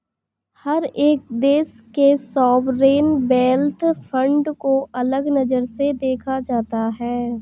हर एक देश के सॉवरेन वेल्थ फंड को अलग नजर से देखा जाता है